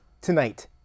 tonight